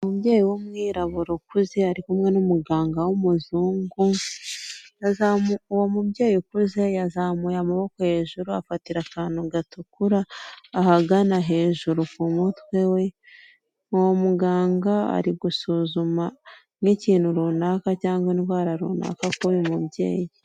Umubyeyi w'umwirabura ukuze ari kumwe n'umuganga w'umuzungu, uwo mubyeyi ukuze yazamuye amaboko hejuru afatira akantu gatukura ahagana hejuru ku mutwe we, uwo muganga ari gusuzuma nk'ikintu runaka cyangwa indwara runaka kuri uyu mubyeyi.